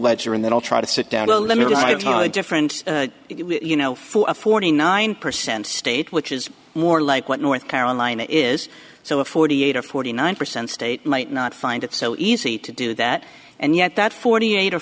ledger and then i'll try to sit down to a limited difference you know for a forty nine percent state which is more like what north carolina is so a forty eight or forty nine percent state might not find it so easy to do that and yet that forty eight or